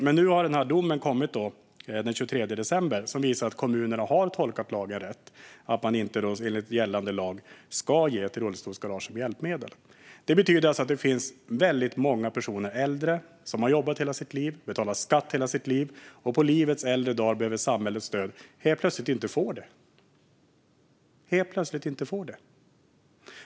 Men nu kom en dom den 23 december som säger att kommunerna har tolkat lagen rätt, det vill säga att man enligt gällande lag inte ska ge rullstolsgarage som hjälpmedel. Det betyder att det finns väldigt många personer varav många äldre som har jobbat och betalat skatt hela sitt liv, men när de på livets äldre dagar behöver samhällets stöd får de helt plötsligt inte det.